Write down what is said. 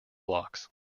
blocks